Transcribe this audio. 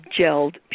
gelled